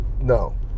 no